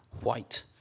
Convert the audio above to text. white